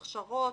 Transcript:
הכשרות,